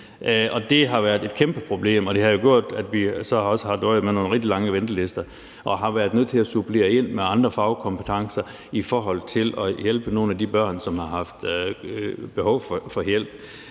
Det har været et kæmpeproblem, og det har jo gjort, at vi så også har døjet med nogle rigtig lange ventelister og har været nødt til at supplere ind med andre fagkompetencer i forhold til at hjælpe nogle af de børn, som har haft behov for hjælp.